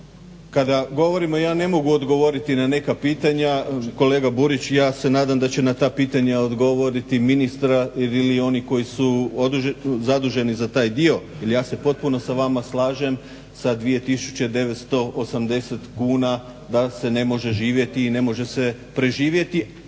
kada govorimo ne mogu odgovoriti na neka pitanja. Kolega Burić, ja se nadam da će na ta pitanja odgovoriti ministar ili oni koji su zaduženi za taj dio. Ja se potpuno sa vama slažem sa 2980 kuna da se ne može živjeti i ne može se preživjeti